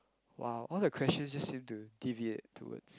!wow! all the questions seem to deviate towards